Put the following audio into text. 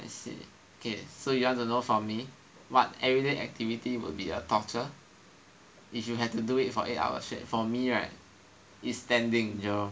I see ok so you want to know for me what everyday activity would be a torture if you had to do it for eight hours straight for me right is standing yo